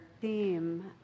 theme